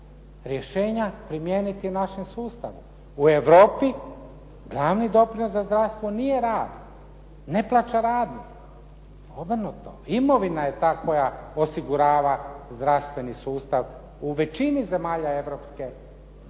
rješenja primijeniti našem sustavu. U Europi glavni doprinos za zdravstvo nije rad, ne plaća radnik. Obrnuto. Imovina je ta koja osigurava zdravstveni sustav u većini zemalja Europske